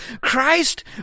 Christ